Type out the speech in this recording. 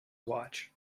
watch